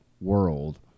world